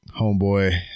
homeboy